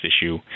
issue